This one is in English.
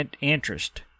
interest